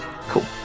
Cool